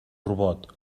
robot